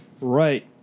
Right